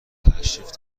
تشریف